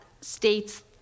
states